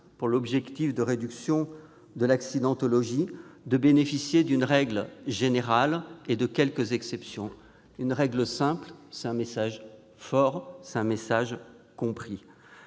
pour l'objectif que nous souhaitons atteindre de bénéficier d'une règle générale et de quelques exceptions : une règle simple, c'est un message fort, c'est un message compris.